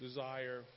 Desire